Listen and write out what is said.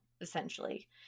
essentially